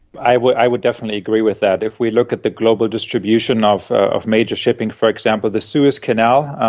i would i would definitely agree with that. if we look at the global distribution of of major shipping, for example the suez canal,